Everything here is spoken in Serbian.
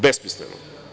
Besmisleno.